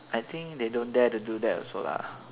I think they don't dare to do that also lah